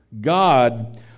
God